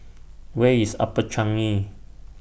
Where IS Upper Changi